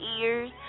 ears